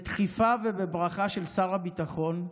בדחיפה ובברכה של שר הביטחון,